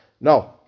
No